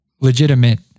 legitimate